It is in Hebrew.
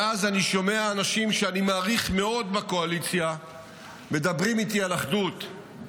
ואז אני שומע אנשים שאני מעריך מאוד בקואליציה מדברים איתי על אחדות.